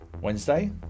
Wednesday